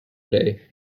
day